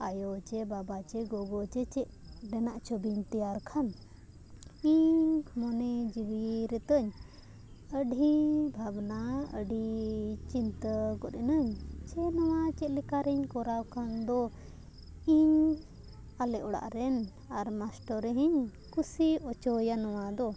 ᱟᱭᱚ ᱪᱮ ᱵᱟᱵᱟ ᱪᱮ ᱜᱚᱜᱚ ᱪᱮ ᱪᱮᱫ ᱨᱮᱱᱟᱜ ᱪᱷᱚᱵᱤᱧ ᱛᱮᱭᱟᱨ ᱠᱷᱟᱱ ᱤᱧ ᱢᱚᱱᱮ ᱡᱤᱣᱤ ᱨᱮᱛᱟᱹᱧ ᱟᱹᱰᱤ ᱵᱷᱟᱵᱽᱱᱟ ᱟᱹᱰᱤ ᱪᱤᱱᱛᱟᱹ ᱜᱚᱫ ᱮᱱᱟ ᱡᱮ ᱱᱚᱣᱟ ᱪᱮᱫ ᱞᱮᱠᱟ ᱨᱤᱧ ᱠᱚᱨᱟᱣ ᱠᱷᱟᱱ ᱫᱚ ᱤᱧ ᱟᱞᱮ ᱚᱲᱟᱜ ᱨᱮᱱ ᱟᱨ ᱢᱟᱥᱴᱟᱨ ᱨᱮᱦᱤᱧ ᱠᱩᱥᱤ ᱚᱪᱚᱭᱟ ᱱᱚᱣᱟ ᱫᱚ